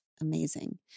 Amazing